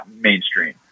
mainstream